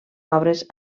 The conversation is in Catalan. obres